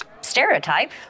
stereotype